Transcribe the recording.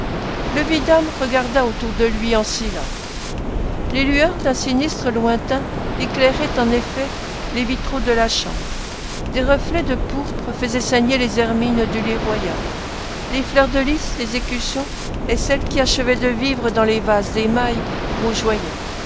le vidame regarda autour de lui en silence les lueurs d'un sinistre lointain éclairaient en effet les vitraux de la chambre des reflets de pourpre faisaient saigner les hermines du lit royal les fleurs de lys des écussons et celles qui achevaient de vivre dans les vases d'émail rougeoyaient